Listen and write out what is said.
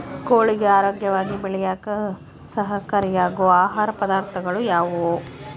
ಕೋಳಿಗೆ ಆರೋಗ್ಯವಾಗಿ ಬೆಳೆಯಾಕ ಸಹಕಾರಿಯಾಗೋ ಆಹಾರ ಪದಾರ್ಥಗಳು ಯಾವುವು?